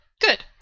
good